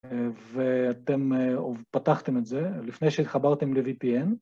ואתם פתחתם את זה לפני שהתחברתם ל-VPN